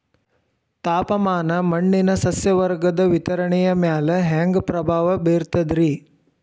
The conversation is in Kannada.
ತಾಪಮಾನ ಮಣ್ಣಿನ ಸಸ್ಯವರ್ಗದ ವಿತರಣೆಯ ಮ್ಯಾಲ ಹ್ಯಾಂಗ ಪ್ರಭಾವ ಬೇರ್ತದ್ರಿ?